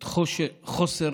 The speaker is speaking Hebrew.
את חוסר